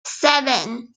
seven